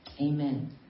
Amen